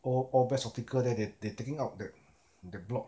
all All Best optical there they they taking out that that block